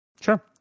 Sure